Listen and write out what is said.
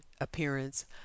appearance